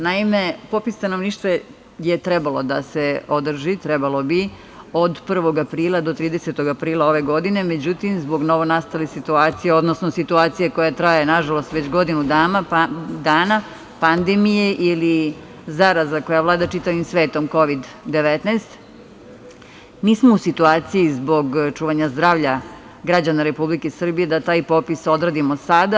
Naime popis stanovništva bi trebao da se održi od 1. aprila do 30. aprila ove godine, međutim, zbog novonastale situacije, odnosno situacije koja traje nažalost već godinu dana, pandemije ili zaraza koja vlada čitavim svetom Kovid 19, nismo u situaciji zbog čuvanja zdravlja građana Republike Srbije da taj popis odradimo sada.